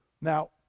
Now